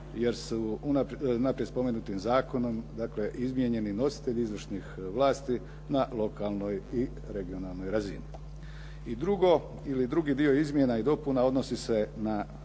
jer su naprijed spomenutim zakonom, dakle izmijenjeni nositelji izvršnih vlasti na lokalnoj i regionalnoj razini. I drugo ili drugi dio izmjena i dopuna odnosi se na